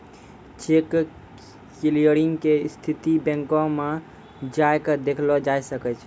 cheque clearing के स्थिति बैंको मे जाय के देखलो जाय सकै छै